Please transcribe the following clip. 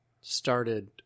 started